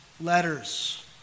letters